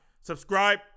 Subscribe